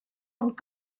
und